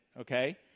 okay